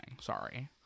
sorry